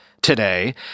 today